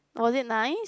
was it nice